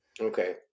Okay